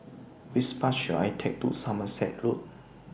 Which Bus should I Take to Somerset Road